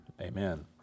Amen